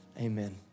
Amen